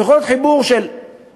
הוא יכול להיות חיבור של דב,